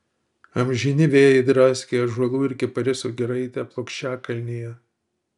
amžini vėjai draskė ąžuolų ir kiparisų giraitę plokščiakalnyje